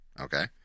okay